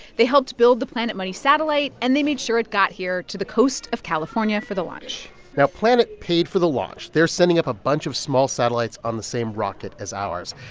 they helped build the planet money satellite, and they made sure it got here to the coast of california for the launch now, planet paid for the launch. they're sending up a bunch of small satellites on the same rocket as ours.